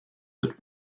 that